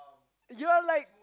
you're like